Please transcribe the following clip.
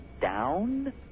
down